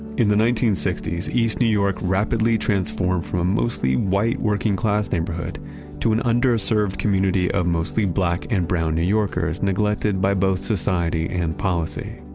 in the nineteen sixty s, east new york rapidly transformed from a mostly white working-class neighborhood to an underserved community of mostly black and brown new yorkers neglected by both society and policy.